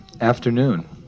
afternoon